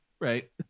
Right